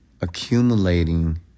accumulating